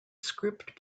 script